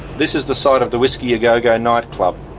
this is the site of the whisky a go-go night club.